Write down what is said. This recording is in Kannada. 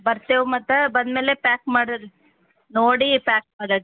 ಬರ್ತೀವ್ ಮತ್ತು ಬಂದ ಮೇಲೆ ಪ್ಯಾಕ್ ಮಾಡದು ನೋಡಿ ಪ್ಯಾಕ್ ಮಾಡದು